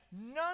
none